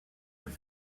have